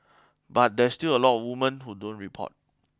but there's still a lot of women who don't report